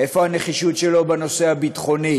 איפה הנחישות שלו בנושא הביטחוני?